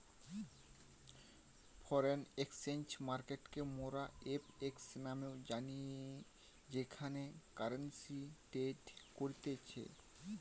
foreign exchange মার্কেটকে মোরা FX নামেও জানি যেখানে কারেন্সি ট্রেড করতিছে